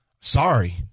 Sorry